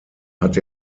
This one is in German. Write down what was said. hat